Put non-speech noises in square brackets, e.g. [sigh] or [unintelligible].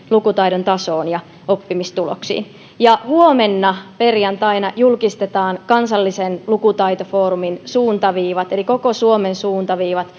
lukutaidon tasoon ja oppimistuloksiin huomenna perjantaina julkistetaan kansallisen lukutaitofoorumin suuntaviivat eli koko suomen suuntaviivat [unintelligible]